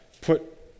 put